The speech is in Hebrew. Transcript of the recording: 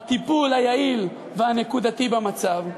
בטיפול היעיל והנקודתי במצב,